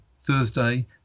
Thursday